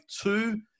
two